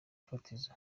fatizo